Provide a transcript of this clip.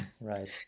Right